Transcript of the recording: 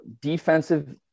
defensive